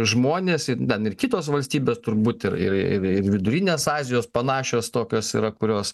žmonės ten ir kitos valstybės turbūt ir ir vidurinės azijos panašios tokios yra kurios